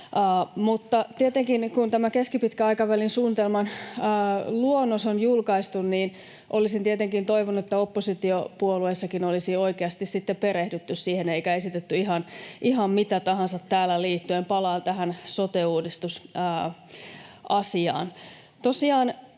tietenkin, kun tämä keskipitkän aikavälin suunnitelmaluonnos on julkaistu, niin olisin tietenkin toivonut, että oppositiopuolueissakin olisi oikeasti sitten perehdytty siihen eikä esitetty ihan mitä tahansa täällä liittyen — palaan tähän — sote-uudistusasiaan.